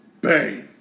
bang